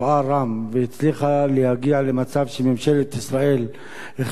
והצליחה להגיע למצב שממשלת ישראל החליטה על